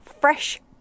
fresh